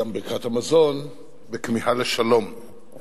גם ברכת המזון, בכמיהה לשלום.